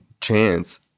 chance